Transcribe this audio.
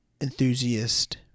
Enthusiast